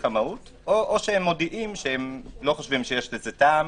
המהו"ת או הם מודיעים שהם חושבים שאין בזה טעם.